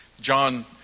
John